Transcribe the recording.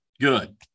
good